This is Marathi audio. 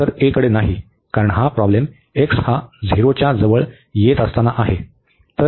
खरं तर a कडे नाही कारण हा प्रॉब्लेम x हा झिरोच्या जवळ येत असताना आहे